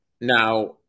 Now